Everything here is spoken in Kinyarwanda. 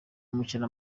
umukino